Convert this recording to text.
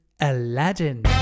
Aladdin